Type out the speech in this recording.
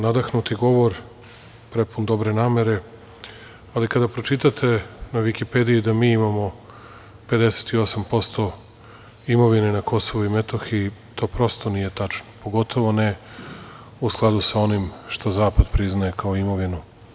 Nadahnuti govor, prepun dobre namere, ali kada pročitate na Vikipediji da mi imamo 58% imovine na Kosovu i Metohiji, to prosto nije tačno, pogotovo ne u skladu sa onim što zapad priznaje kao imovinu.